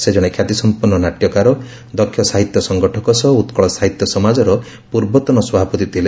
ସେ ଜଶେ ଖ୍ୟାତି ସଂପନ୍ ନାଟ୍ୟକାର ଦକ୍ଷ ସାହିତ୍ୟ ସଂଗଠକ ସହ ଉକକଳ ସାହିତ୍ୟ ସମାଜର ପୂର୍ବତନ ସଭାପତି ଥିଲେ